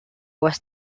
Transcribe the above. was